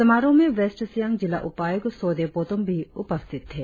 समारोह में वेस्ट सियांग जिला उपायुक्त सोदे पोतोम भी उपस्थित थे